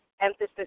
emphasis